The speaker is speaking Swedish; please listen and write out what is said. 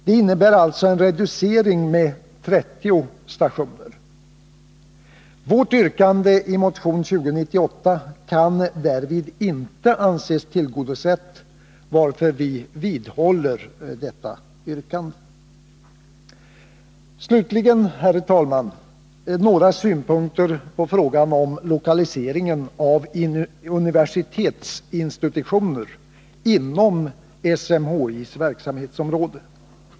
Det innebär alltså en reducering med 30 stationer. Vårt yrkande i motion 2098 kan därvid inte anses tillgodosett, varför vi vidhåller detsamma. Slutligen, herr talman, några synpunkter på frågan om lokaliseringen av universitetsinstitutioner inom SMHI:s verksamhetsområde.